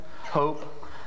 hope